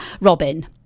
Robin